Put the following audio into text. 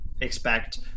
expect